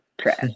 Trash